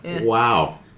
Wow